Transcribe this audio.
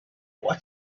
what